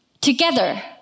together